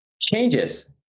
Changes